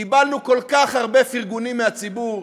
קיבלנו כל כך הרבה פרגונים מהציבור,